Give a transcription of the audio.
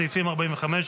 סעיפים 45,